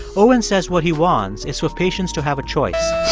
owen says what he wants is for patients to have a choice.